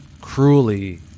Cruelly